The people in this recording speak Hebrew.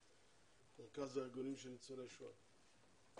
מרכז הארגונים של ניצולי השואה.